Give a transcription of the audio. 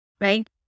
right